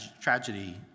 tragedy